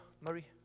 Murray